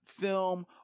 film